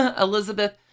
Elizabeth